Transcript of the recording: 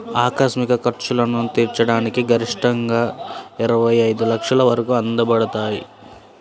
ఆకస్మిక ఖర్చులను తీర్చడానికి గరిష్టంగాఇరవై ఐదు లక్షల వరకు అందించబడతాయి